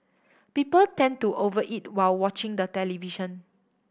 people tend to over eat while watching the television